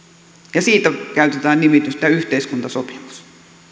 ja siitä käytetään nimitystä yhteiskuntasopimus